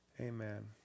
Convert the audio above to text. Amen